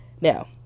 Now